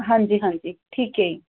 ਹਾਂਜੀ ਹਾਂਜੀ ਠੀਕ ਹੈ ਜੀ